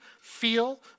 feel